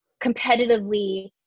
competitively